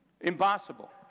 Impossible